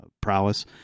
prowess